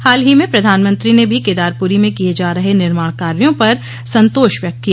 हाल ही में प्रधानमंत्री ने भी केदारपूरी में किए जा रहे निर्माण कार्यो पर संतोष व्यक्त किया